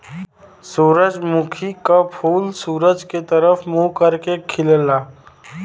सूरजमुखी क फूल सूरज के तरफ मुंह करके खिलला